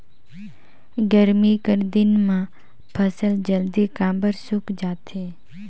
गरमी कर दिन म फसल जल्दी काबर सूख जाथे?